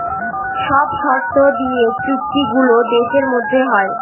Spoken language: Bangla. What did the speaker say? সব শর্ত দিয়ে চুক্তি গুলো দেশের মধ্যে হয়